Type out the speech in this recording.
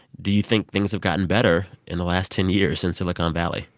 do you think things have gotten better in the last ten years in silicon valley?